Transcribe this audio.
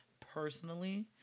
personally